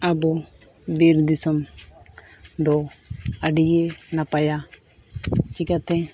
ᱟᱵᱚ ᱵᱤᱨ ᱫᱤᱥᱚᱢ ᱫᱚ ᱟᱹᱰᱤᱜᱮ ᱱᱟᱯᱟᱭᱟ ᱪᱮᱠᱟᱛᱮ